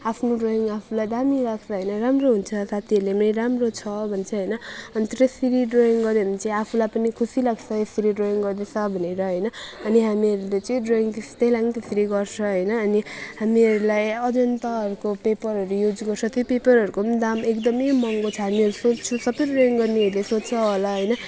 आफ्नो ड्रइङ आफूलाई दामी लाग्छ होइन राम्रो हुन्छ साथीहरूले पनि राम्रो छ भन्छ होइन अनि त्यसरी ड्रइङ गऱ्यो भने चाहिँ आफूलाई पनि खुसी लाग्छ यसरी ड्रइङ गर्दैछु भनेर होइन अनि हामीहरूले चाहिँ ड्रइङ त्यस्तैलाई पनि त्यसरी गर्छ होइन अनि हामीहरूलाई अजन्ताहरूको पेपरहरू युज गर्छ त्यो पेपरहरूको पनि दाम एकदमै महँगो छ हामीहरू सोच्छौँ सबै ड्रइङ गर्नेहरूले सोच्छ होला होइन